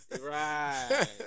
right